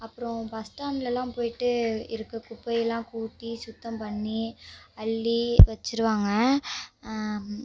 அப்பறம் பஸ் ஸ்டாண்ட்லல்லாம் போயிட்டு இருக்க குப்பைலாம் கூட்டி சுத்தம் பண்ணி அள்ளி வச்சுருவாங்க